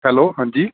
hello ਹਾਂਜੀ